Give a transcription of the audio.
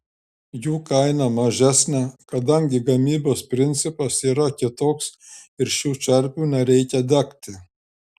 jų kaina mažesnė kadangi gamybos principas yra kitoks ir šių čerpių nereikia degti